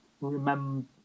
remember